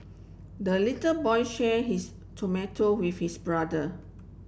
the little boy share his tomato with his brother